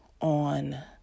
on